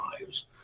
lives